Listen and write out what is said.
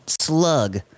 slug